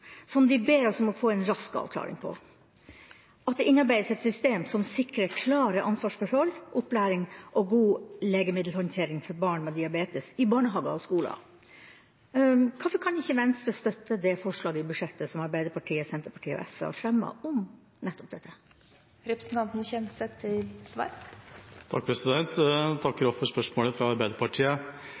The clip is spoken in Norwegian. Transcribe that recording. som de ber oss om å få en rask avklaring på, nemlig at det utarbeides et system i barnehager og skoler som sikrer klare ansvarsforhold, opplæring og god legemiddelhåndtering for barn med diabetes. Hvorfor kan ikke Venstre støtte det forslaget i innstillinga som Arbeiderpartiet, Senterpartiet og Sosialistisk Venstreparti har fremmet om nettopp dette? Jeg takker for spørsmålet fra Arbeiderpartiet.